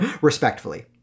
Respectfully